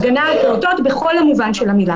הגנה על פעוטות בכל המובן של המילה.